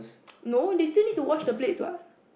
no they still need to wash the plates what